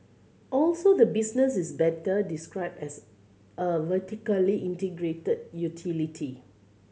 also the business is better described as a vertically integrated utility